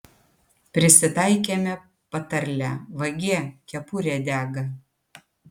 prisitaikėme patarlę vagie kepurė dega